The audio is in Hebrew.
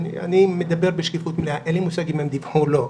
אני מדבר בשקיפות מלאה אין לי מושג אם הם דיווחו או לא,